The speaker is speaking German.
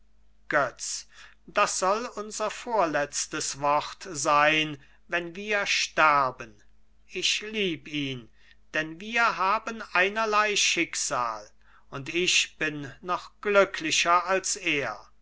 götz das soll unser vorletztes wort sein wenn wir sterben ich lieb ihn denn wir haben einerlei schicksal und ich bin noch glücklicher als er